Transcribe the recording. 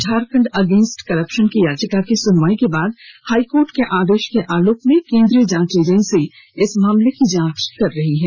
Jharkhand against corruption की याचिका की सुनवाई के बाद हाईकोर्ट के आदेश के आलोक में केंद्रीय जांच एजेंसी इस मामले की जांच कर रही है